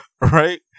right